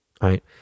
right